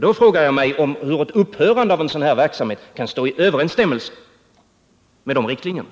Då frågar jag mig hur ett upphörande av sådan här verksamhet kan stå i överensstämmelse med de riktlinjerna.